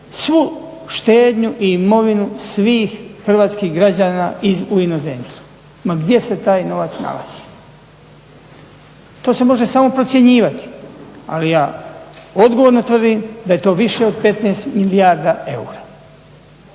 svu štednju i imovinu svih hrvatskih građana u inozemstvu ma gdje se taj novac nalazio, to se može samo procjenjivati, ali ja odgovorno tvrdim da je to više od 15 milijardi eura.